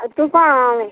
ଆଉ ତୁ କ'ଣ